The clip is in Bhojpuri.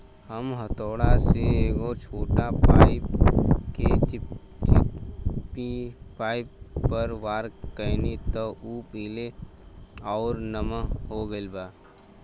हम हथौड़ा से एगो छोट पादप के चिपचिपी पॉइंट पर वार कैनी त उ पीले आउर नम हो गईल